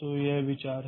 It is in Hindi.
तो यह विचार है